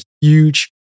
huge